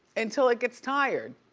until it gets tired.